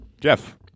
Jeff